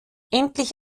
endlich